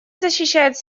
защищать